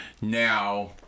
Now